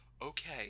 okay